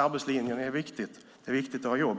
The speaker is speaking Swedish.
arbetslinjen viktig; det är viktigt att ha jobb.